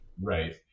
Right